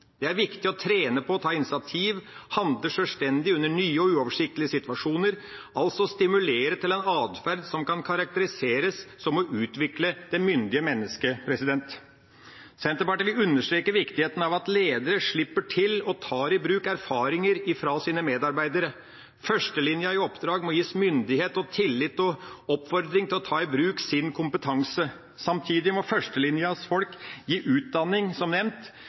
Det er viktig å trene på å ta initiativ og på å handle sjølstendig i nye og uoversiktlige situasjoner – altså stimulere til en adferd som kan karakteriseres som å utvikle det myndige mennesket. Senterpartiet vil understreke viktigheten av at ledere slipper til og tar i bruk erfaringer fra sine medarbeidere. Førstelinja i oppdrag må gis myndighet og tillit og oppfordres til å ta i bruk sin kompetanse. Samtidig må førstelinjas folk gis utdanning – som nevnt